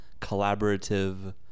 collaborative